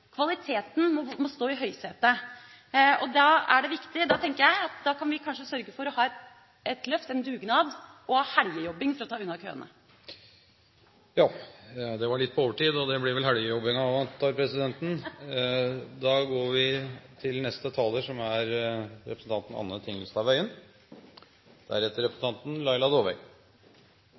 Kvaliteten må stå i høysetet. Da er det viktig – og da tenker jeg – at da kan vi kanskje sørge for å ha et løft, en dugnad, og ha helgejobbing for å ta unna køene. Ja, det var litt på overtid. Det blir vel helgejobbingen også, antar presidenten. Først en takk til